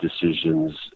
decisions